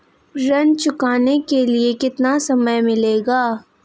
ऋण चुकाने के लिए कितना समय मिलेगा?